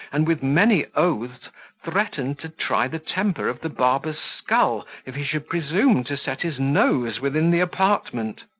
and with many oaths threatened to try the temper of the barber's skull, if he should presume to set his nose within the apartment.